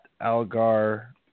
Algar